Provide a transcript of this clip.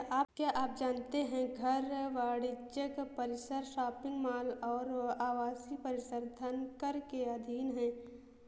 क्या आप जानते है घर, वाणिज्यिक परिसर, शॉपिंग मॉल और आवासीय परिसर धनकर के अधीन हैं?